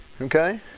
Okay